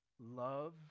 Love